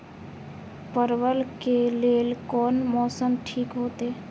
परवल के लेल कोन मौसम ठीक होते?